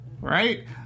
right